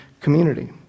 community